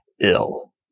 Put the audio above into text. ill